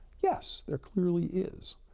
yes. there clearly is.